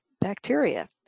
bacteria